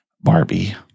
Barbie